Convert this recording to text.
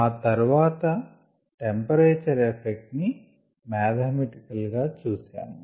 ఆ తర్వాత temperature effect ని మాధమెటికల్ గా చూశాము